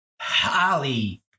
holly